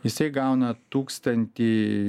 jisai gauna tūkstantį